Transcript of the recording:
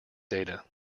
data